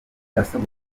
asaba